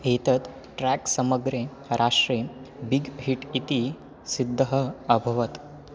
एतत् ट्रेक् समग्रे राष्ट्रे बिग् हिट् इति सिद्धः अभवत्